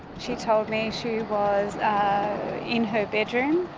she told me she was in her bedroom.